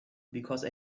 because